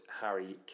Harry